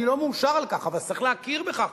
אני לא מאושר מכך, אבל צריך להכיר בכך.